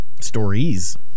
Stories